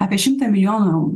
apie šimtą milijonų eurų